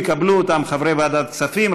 ויקבלו אותם חברי ועדת הכספים,